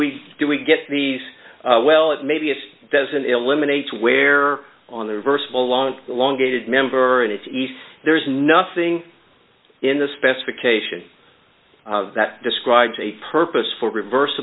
we do we get these well maybe it doesn't eliminate where on the reversible long long dated member and it's nice there is nothing in the specification that describes a purpose for revers